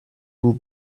will